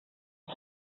für